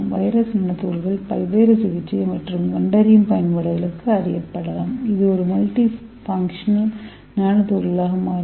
virus nano துகள்கள் பல்வேறு சிகிச்சை மற்றும் கண்டறியும் பயன்பாடுகளுக்கு ஆராயப்படலாம் இது ஒரு மல்டிஃபங்க்ஸ்னல் நானோ துகள்களாக மாறும்